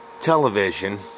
television